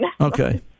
Okay